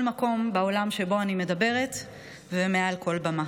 מקום בעולם שבו אני מדברת ומעל כל במה.